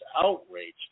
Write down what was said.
outraged